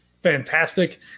Fantastic